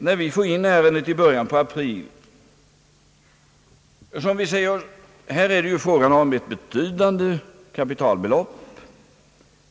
När vi fick in ärendet i början av april säger vi, att det är fråga om ett betydande kapitalbelopp.